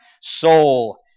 soul